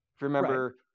remember